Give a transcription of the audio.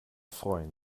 freuen